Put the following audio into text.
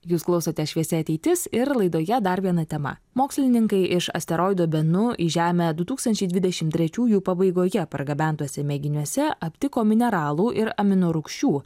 jūs klausote šviesi ateitis ir laidoje dar viena tema mokslininkai iš asteroido benu į žemę du tūkstančiai dvidešim trečiųjų pabaigoje pargabentuose mėginiuose aptiko mineralų ir amino rūgščių